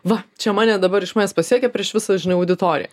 va čia mane dabar iš manęs pasijuokė prieš visą žmonių auditoriją